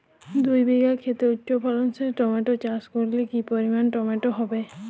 দুই বিঘা খেতে উচ্চফলনশীল টমেটো চাষ করলে কি পরিমাণ টমেটো হবে?